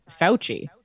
Fauci